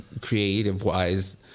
creative-wise